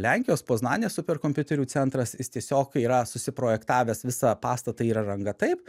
lenkijos poznanės superkompiuterių centras jis tiesiog yra susiprojektavęs visą pastatą ir įrangą taip